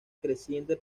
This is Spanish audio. creciente